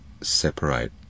separate